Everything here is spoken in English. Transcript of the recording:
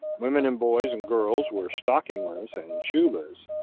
women and boys and girls were stockingless and shoeless,